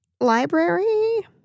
Library